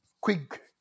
Quick